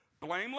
blameless